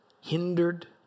hindered